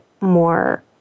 more